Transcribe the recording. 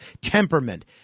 temperament